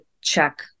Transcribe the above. check